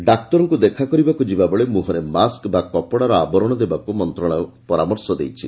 ଡାକ୍ତରଙ୍କୁ ଦେଖାକରିବାକୁ ଯିବାବେଳେ ମୁହଁରେ ମାସ୍କ ବା କପଡ଼ାର ଆବରଣ ଦେବାକୁ ମନ୍ତ୍ରଣାଳୟ ପରାମର୍ଶ ଦେଇଛି